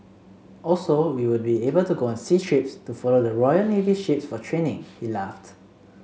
also we would be able to go on sea trips to follow the Royal Navy ships for training he laughed